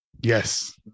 Yes